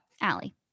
Allie